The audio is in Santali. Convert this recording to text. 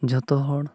ᱡᱚᱛᱚ ᱦᱚᱲ